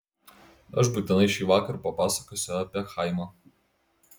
aš būtinai šįvakar papasakosiu apie chaimą